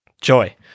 Joy